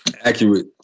Accurate